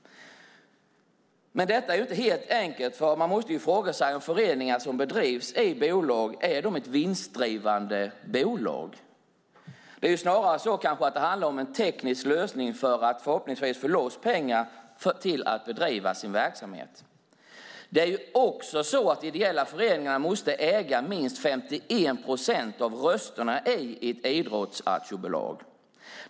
Men detta är inte helt enkelt. Man måste ju fråga sig om föreningar som bedrivs i bolag är ett vinstdrivande bolag. Det handlar snarare om en teknisk lösning för att förhoppningsvis få loss pengar till att bedriva sin verksamhet. Det är också så att ideella föreningar måste äga minst 51 procent av rösterna i ett idrottsaktiebolag.